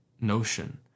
notion